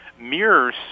mirrors